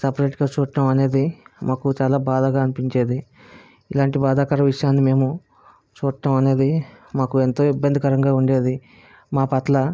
సపెరేట్గా చూడటం అనేది మాకు చాలా బాధగా అనిపించేది ఇలాంటి భాధాకర విషయాన్నీ మేము చూడటం అనేది మాకు ఎంతో ఇబ్బందికరంగా ఉండేది మాపట్ల